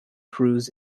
crews